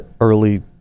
early